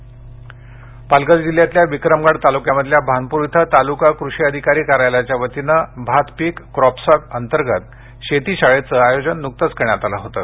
पालघर भात पालघर जिल्ह्यातल्या विक्रमगड तालुक्या मधल्या भानपुर इथं तालुका कृषि अधिकारी कार्यालयाच्या वतीनं भात पिक क्रॉप सॅप अंतर्गत शेतीशाळेचं आयोजन नुकतंच करण्यात आलं होतं